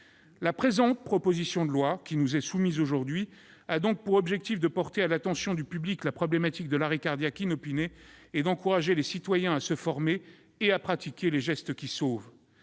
La présente proposition de loi a donc pour objectif de porter à l'attention du public la problématique de l'arrêt cardiaque inopiné, et d'encourager les citoyens à se former et à pratiquer les gestes qui sauvent.